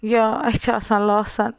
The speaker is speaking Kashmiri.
یا اَسہِ چھِ آسان لاسن